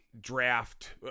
draft